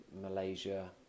Malaysia